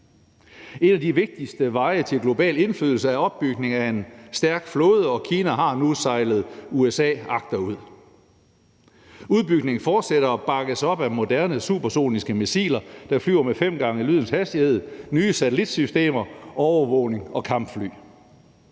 En af de vigtigste veje til global indflydelse er opbygningen af en stærk flåde, og Kina har nu sejlet USA agterud. Udbygningen fortsætter og bakkes op af moderne supersoniske missiler, der flyver med fem gange lydens hastighed, nye satellitsystemer, overvågning og kampfly.